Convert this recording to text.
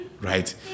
right